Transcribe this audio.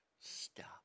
stop